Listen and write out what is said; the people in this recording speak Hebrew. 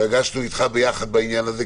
התרגשנו איתך ביחד בעניין הזה,